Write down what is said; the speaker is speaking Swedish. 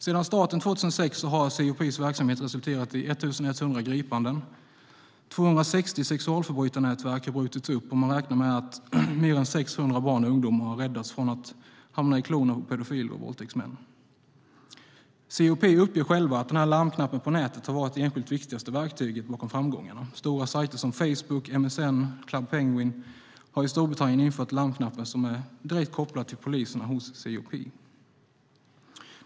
Sedan starten 2006 har CEOP:s verksamhet resulterat i 1 100 gripanden. 260 sexualförbrytarnätverk har brutits upp, och man räknar med att mer än 600 barn och ungdomar har räddats från att hamna i klorna på pedofiler och våldtäktsmän. CEOP uppger själva att larmknappen på nätet har varit det enskilt viktigaste verktyget bakom framgångarna. Stora sajter som Facebook, MSN och Club Penguin har i Storbritannien infört larmknappen som är direkt kopplad till poliserna hos CEOP.